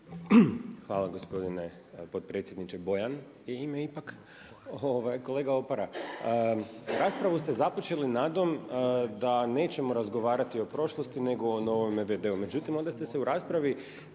Hvala gospodine potpredsjedniče, Bojan mi je ime ipak. Kolega Opara, raspravu ste započeli nadom da nećemo razgovarati o prošlosti nego o novom VD-u. Međutim onda ste se u raspravi